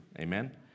Amen